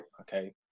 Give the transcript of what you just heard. okay